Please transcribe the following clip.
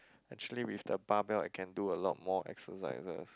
actually with the bar bell I can do a lot more exercises